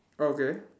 okay